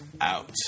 out